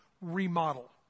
remodel